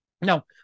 Now